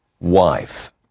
wife